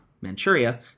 Manchuria